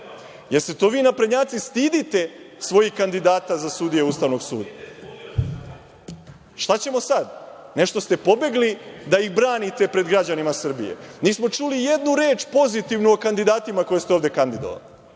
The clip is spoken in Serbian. se vi to naprednjaci stidite svojih kandidata za sudije Ustavnog suda? Šta ćemo sad? Nešto ste pobegli da ih branite pred građanima Srbije. Nismo čuli ni jednu reč pozitivnu o kandidatima koje ste ovde kandidovali.